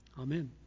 Amen